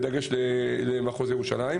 עם דגש על מחוז ירושלים.